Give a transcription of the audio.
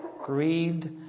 grieved